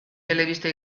telebista